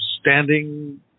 standing